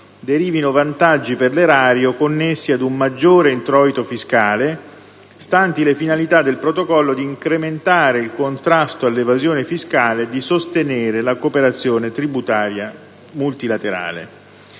derivino vantaggi per l'erario, connessi ad un maggiore introito fiscale, stanti le finalità del protocollo di incrementare il contrasto all'evasione fiscale e di sostenere la cooperazione tributaria multilaterale.